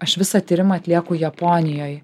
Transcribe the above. aš visą tyrimą atlieku japonijoj